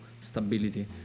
stability